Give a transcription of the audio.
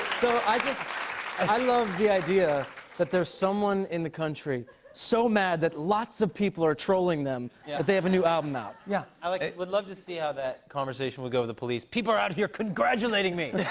so i just i love the idea that there's someone in the country so mad that lots of people are trolling them yeah that they have a new album out. yeah. i like would love to see how that conversation would go with the police. people out here congratulating me!